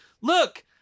look